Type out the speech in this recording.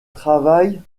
travaille